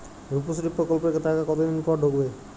রুপশ্রী প্রকল্পের টাকা কতদিন পর ঢুকবে?